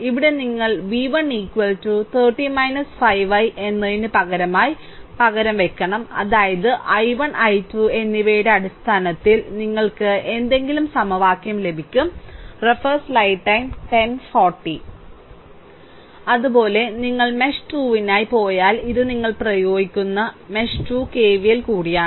ഇവിടെ നിങ്ങൾ v1 30 5 i1 എന്നതിന് പകരമായി പകരം വയ്ക്കണം അതായത് i1 i2 എന്നിവയുടെ അടിസ്ഥാനത്തിൽ നിങ്ങൾക്ക് ഏതെങ്കിലും സമവാക്യം ലഭിക്കും അതുപോലെ നിങ്ങൾ മെഷ് 2 നായി പോയാൽ ഇത് നിങ്ങൾ പ്രയോഗിക്കുന്ന മെഷ് 2 കെവിഎൽ കൂടിയാണ്